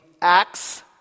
Acts